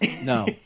No